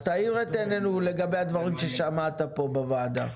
אז תעיר את עיננו לגבי הדברים ששמעת פה בוועדה.